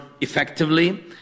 effectively